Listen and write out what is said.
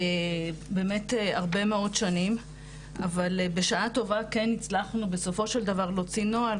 באמת הרבה מאוד שנים אבל בשעה טובה כן הצלחנו בסופו של דבר להוציא נוהל,